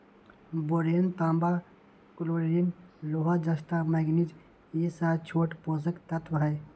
boron तांबा chlorine लोहा जस्ता मैग्निज ई स छोट पोषक तत्त्व हई